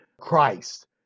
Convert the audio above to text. Christ